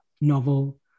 novel